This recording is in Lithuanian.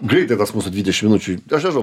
greitai tas mūsų dvidešimt minučių aš nežinau